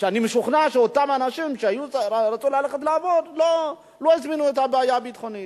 ואני משוכנע שאותם אנשים שרצו ללכת לעבוד לא הזמינו את הבעיה הביטחונית.